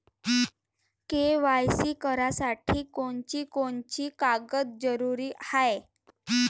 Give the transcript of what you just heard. KYC करासाठी कोनची कोनची कागद जरुरी हाय?